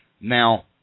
Now